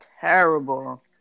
terrible